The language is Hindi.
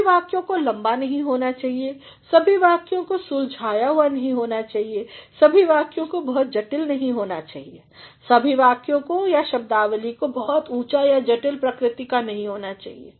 सभी वाक्यों को लम्बा नहीं होना चाहिए सभी वाक्यों को सुलझाया नहीं होना चाहिए सभी वाक्यों को बहुत जटिल नहीं होना चाहिए सभी शब्दों को या शब्दावली को बहुत ऊँचा या जटिल प्रकृति का नहीं होना चाहिए